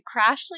Crashly